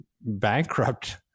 bankrupt